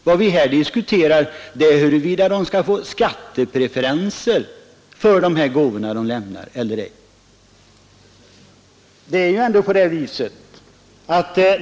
Vad vi här diskuterar är huruvida de skall få skattepreferenser för de gåvor de lämnar eller inte.